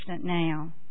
now